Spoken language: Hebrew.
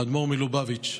האדמו"ר מלובביץ',